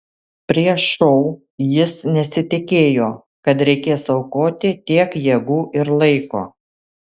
prieš šou jis nesitikėjo kad reikės aukoti tiek jėgų ir laiko